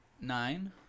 Nine